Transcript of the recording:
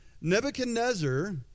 Nebuchadnezzar